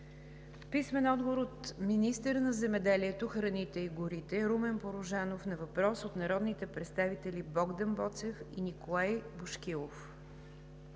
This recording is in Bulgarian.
Генов; - министъра на земеделието, храните и горите Румен Порожанов на въпрос от народните представител Богдан Боцев и Николай Бошкилов;